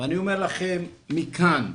ואני אומר לכם מכאן,